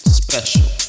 special